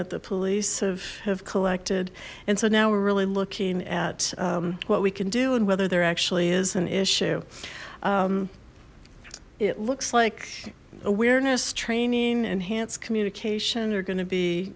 that the police have have collected and so now we're really looking at what we can do and whether there actually is an issue it looks like awareness training enhanced communication are going to be